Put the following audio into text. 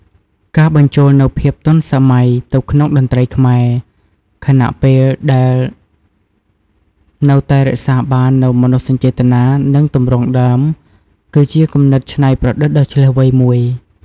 ការបញ្ចូលនូវភាពទាន់សម័យទៅក្នុងតន្ត្រីខ្មែរ ខណៈពេលដែលនៅតែរក្សាបាននូវ មនោសញ្ចេតនា និងទម្រង់ដើម គឺជាគំនិតច្នៃប្រឌិតដ៏ឈ្លាសវៃមួយ។